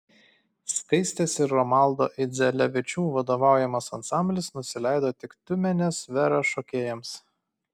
skaistės ir romaldo idzelevičių vadovaujamas ansamblis nusileido tik tiumenės vera šokėjams